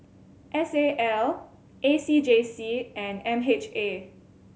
S A L A C J C and M H A